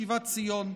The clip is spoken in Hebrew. שיבת ציון: